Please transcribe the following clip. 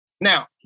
Now